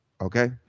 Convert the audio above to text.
Okay